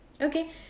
okay